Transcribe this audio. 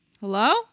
Hello